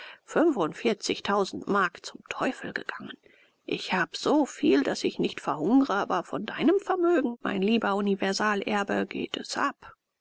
mark zum teufel gegangen ich hab so viel daß ich nicht verhungere aber von deinem vermögen mein lieber universalerbe geht es ab